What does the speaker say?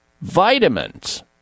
vitamins